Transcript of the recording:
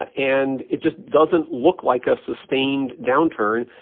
ah and it just doesn't look like a sustained downturn.